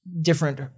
different